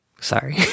Sorry